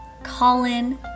Colin